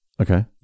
Okay